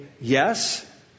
yes